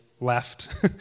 left